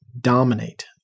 dominate